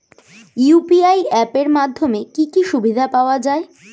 UPI app এর মাধ্যমে কি কি সুবিধা পাওয়া যায়?